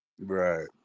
Right